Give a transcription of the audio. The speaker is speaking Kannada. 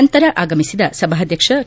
ನಂತರ ಆಗಮಿಸಿದ ಸಭಾಧ್ಯಕ್ಷ ಕೆ